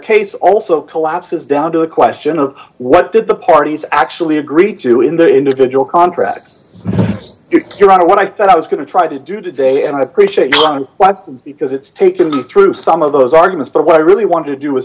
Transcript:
case also collapses down to a question of what did the parties actually agree to in their individual contracts your honor what i thought i was going to try to do today and i appreciate why because it's taken us through some of those arguments but what i really want to do is